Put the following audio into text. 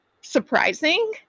surprising